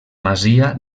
masia